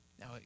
Now